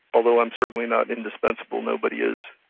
although i'm certainly not indispensible, nobody is.